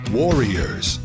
warriors